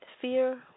Fear